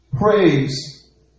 Praise